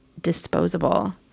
disposable